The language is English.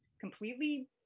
completely